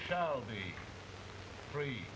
shall be free